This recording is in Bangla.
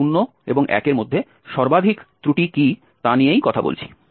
আমরা 0 এবং 1 এর মধ্যে সর্বাধিক ত্রুটি কী তা নিয়েই কথা বলছি